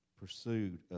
pursued